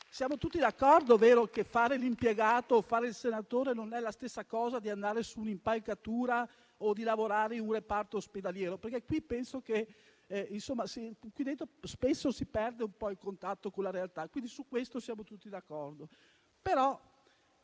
Siamo tutti d'accordo che fare l'impiegato o il senatore non è la stessa cosa che andare su un'impalcatura o lavorare in un reparto ospedaliero, vero? Penso che qui dentro spesso si perda il contatto con la realtà, quindi su questo siamo tutti d'accordo.